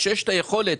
כשיש לו יכולת,